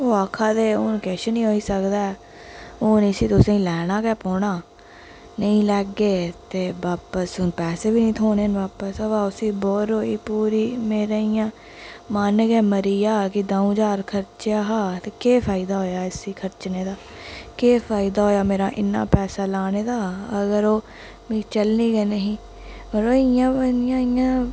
ओह् आखा दे हून किश नी होई सकदा ऐ हून इसी तुसेंई लैना गै पौना नेईं लैगे ते बापस हून पैसे बी नी थ्होने बापस अवा उसी बोर होई पूरी मेरा इ'यां मन गै मरी गेआ कि द'ऊं ज्हार खरचेआ हा ते केह् फायदा होएआ इसी खरचने दा केह् फायदा होएआ मेरा इन्ना पैसा लाने दा अगर ओह् चलनी गै नेही मतलब इ'यां इ'यां इ'यां